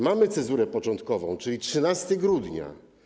Mamy cezurę początkową, czyli 13 grudnia.